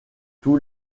tous